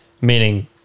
Meaning